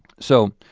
so,